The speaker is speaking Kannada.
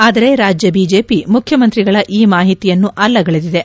ಆದರೆ ರಾಜ್ಯ ಬಿಜೆಪಿ ಮುಖ್ಯಮಂತ್ರಿಗಳ ಈ ಮಾಹಿತಿಯನ್ನು ಅಲ್ಲಗಳೆದಿದೆ